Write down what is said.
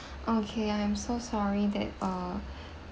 okay I'm so sorry that uh